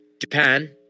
Japan